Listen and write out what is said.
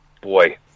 boy